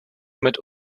mit